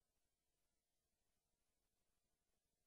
שאני